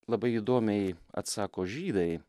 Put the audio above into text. labai įdomiai atsako žydai